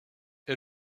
est